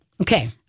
Okay